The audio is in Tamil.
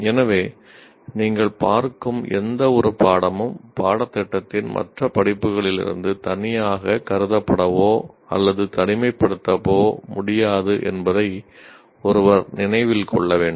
எனவே நீங்கள் பார்க்கும் எந்தவொரு பாடமும் பாடத்திட்டத்தின் மற்ற படிப்புகளிலிருந்து தனியாக கருதப்படவோ அல்லது தனிமைப்படுத்தவோ முடியாது என்பதை ஒருவர் நினைவில் கொள்ள வேண்டும்